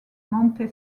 monte